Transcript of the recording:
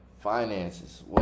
Finances